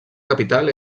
capital